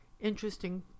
interesting